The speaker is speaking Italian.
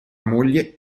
moglie